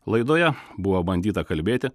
laidoje buvo bandyta kalbėti